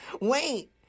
wait